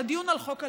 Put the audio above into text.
לדיון על חוק הלאום.